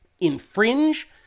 infringe